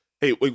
hey